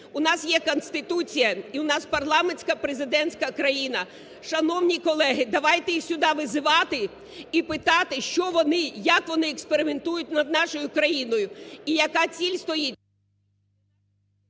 У нас є Конституція і в нас парламентсько-президентська країна. Шановні колеги, давайте їх сюди визивати і питати, що вони, як вони експериментують над нашою країною і яка ціль стоїть…